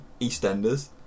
EastEnders